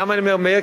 למה אני אומר מאיר?